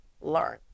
learn